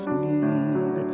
need